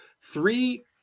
three